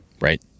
right